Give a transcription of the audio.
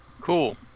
Cool